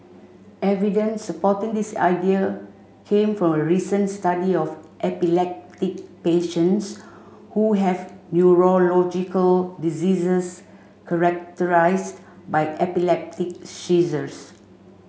evidence supporting this idea came from a recent study of epileptic patients who have neurological diseases characterised by epileptic seizures